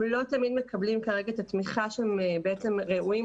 הם לא תמיד מקבלים כרגע את התמיכה שהם בעצם ראויים